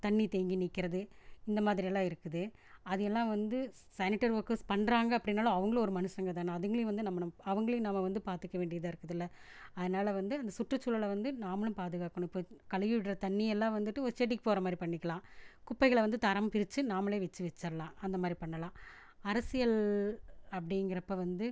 தண்ணி தேங்கி நிற்கிறது இந்த மாதிரியெல்லாம் இருக்குது அது எல்லாம் வந்து சானிட்டர் ஒர்க்கர்ஸ் பண்ணுறாங்க அப்படின்னாலும் அவங்களும் ஒரு மனுஷங்கள் தானே அதுங்களையும் வந்து நம்ம நம்ம அவங்களையும் நம்ம வந்து பார்த்துக்க வேண்டியதாக இருக்குதுல்ல அதனால வந்து அந்த சுற்றுச்சூழலை வந்து நாமளும் பாதுகாக்கணும் இப்போ கழுவி விடுற தண்ணியெல்லாம் வந்துட்டு ஒரு செடிக்கு போகிற மாதிரி பண்ணிக்கலாம் குப்பைகளை வந்து தரம் பிரித்து நாம்மளே வச்சு வச்சிடலாம் அந்த மாதிரி பண்ணலாம் அரசியல் அப்படிங்கிறப்ப வந்து